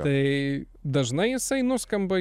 tai dažnai jisai nuskamba